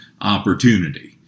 opportunity